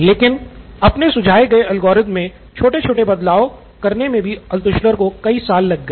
लेकिन अपने सुझाए गए एल्गोरिथ्म मे छोटे छोटे बदलाव करने में भी अल्त्शुलर को कई साल लग गए